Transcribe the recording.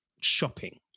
shopping